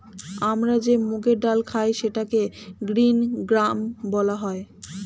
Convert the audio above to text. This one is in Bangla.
আমরা যে মুগের ডাল খাই সেটাকে গ্রীন গ্রাম বলা হয়